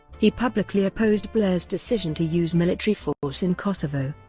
he publicly opposed blair's decision to use military force in kosovo,